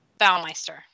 Baumeister